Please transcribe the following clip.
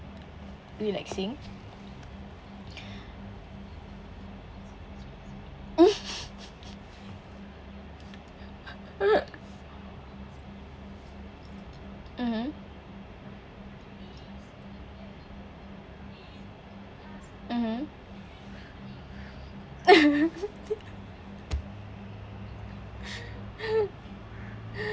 relaxing mmhmm mmhmm